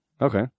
okay